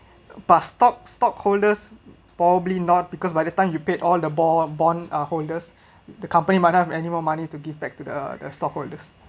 but stock stockholders probably not because by the time you paid all the bond bond uh holders the company might not have any more money to give back to the the stockholders